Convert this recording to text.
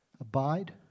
Abide